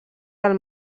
del